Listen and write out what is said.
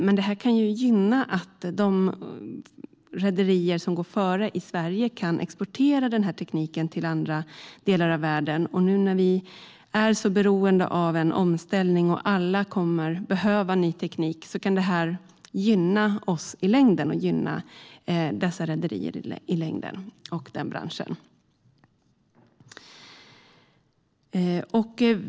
Men det här kan gynna att de rederier som går före i Sverige kan exportera den här tekniken till andra delar av världen. Nu när vi är så beroende av en omställning och alla kommer att behöva ny teknik kan det här gynna oss i längden och även gynna de rederierna och den branschen i längden.